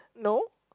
no